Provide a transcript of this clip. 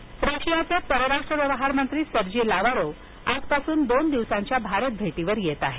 Lavrov रशियाचे परराष्ट्र व्यवहारमंत्री सर्जी लावारोव्ह आजपासून दोन दिवसांच्या भारतभेटीवर येत आहेत